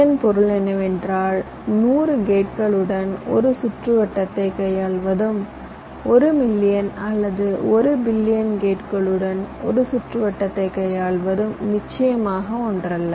இதன் பொருள் என்னவென்றால் 100 கேட்களுடன் ஒரு சுற்றுவட்டத்தைக் கையாள்வதும் 1 மில்லியன் அல்லது 1 பில்லியன் கேட்களுடன் ஒரு சுற்றுவட்டத்தைக் கையாளுவதும் நிச்சயமாக ஒன்றல்ல